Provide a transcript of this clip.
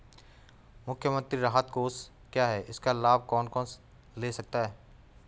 मुख्यमंत्री राहत कोष क्या है इसका लाभ कौन कौन ले सकता है?